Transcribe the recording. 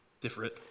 different